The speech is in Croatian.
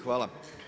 Hvala.